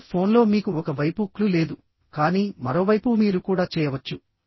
కానీ ఫోన్లో మీకు ఒక వైపు క్లూ లేదు కానీ మరోవైపు మీరు కూడా చేయవచ్చు